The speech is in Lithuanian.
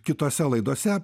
kitose laidose